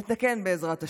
בעזרת השם,